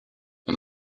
and